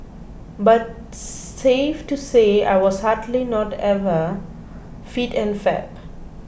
but safe to say I was hardly not ever fit and fab